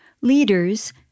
leaders